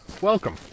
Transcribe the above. Welcome